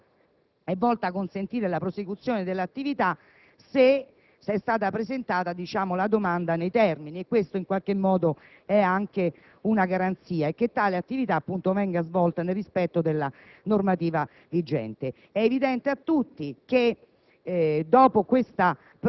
La norma transitoria è volta a consentire la prosecuzione dell'attività, se è stata presentata la domanda nei termini; questa è anche una garanzia che tale attività venga svolta nel rispetto della normativa vigente. Dopo tale proroga ci